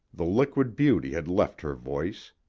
the liquid beauty had left her voice.